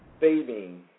saving